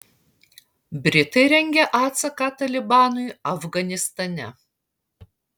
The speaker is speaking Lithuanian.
britai rengia atsaką talibanui afganistane